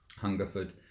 Hungerford